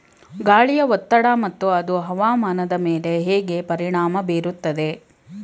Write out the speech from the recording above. ಗಾಳಿಯ ಒತ್ತಡ ಮತ್ತು ಅದು ಹವಾಮಾನದ ಮೇಲೆ ಹೇಗೆ ಪರಿಣಾಮ ಬೀರುತ್ತದೆ?